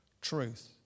truth